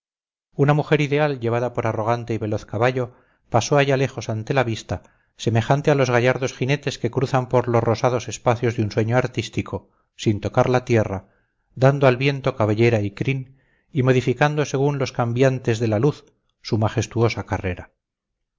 una mujer ideal llevada por arrogante y veloz caballo pasó allá lejos ante la vista semejante a los gallardos jinetes que cruzan por los rosados espacios de un sueño artístico sin tocar la tierra dando al viento cabellera y crin y modificando según los cambiantes de la luz su majestuosa carrera